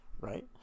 Right